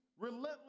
relentless